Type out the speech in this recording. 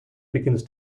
begins